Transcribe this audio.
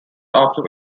after